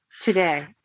today